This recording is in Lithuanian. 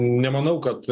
nemanau kad